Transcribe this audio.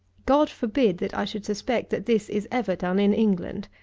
god forbid, that i should suspect that this is ever done in england!